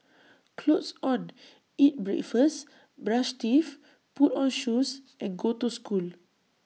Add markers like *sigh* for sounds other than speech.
clothes on eat breakfast brush teeth put on shoes and go to school *noise*